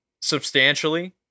substantially